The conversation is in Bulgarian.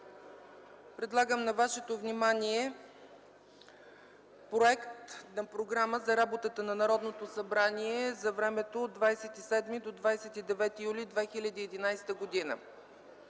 предлагам на вашето внимание проект за Програма за работата на Народното събрание за времето от 27 до 29 юли 2011 г.: 1.